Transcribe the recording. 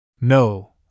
No